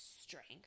strength